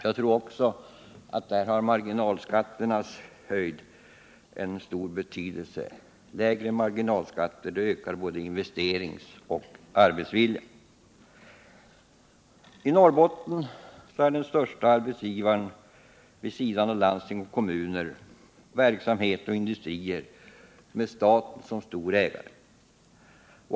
Jag tror att där har även marginalskatternas höjd en stor betydelse. Lägre marginalskatter ökar både investeringsoch arbetsvilja. Norrbottens största arbetsgivare, vid sidan av landsting och kommuner, är verksamhet och industrier med staten som stor ägare.